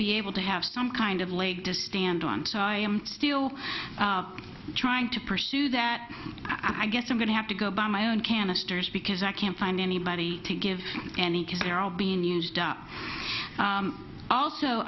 be able to have some kind of leg to stand on so i am still trying to pursue that i guess i'm going to have to go buy my own canisters because i can't find anybody to give any because they're all being used up also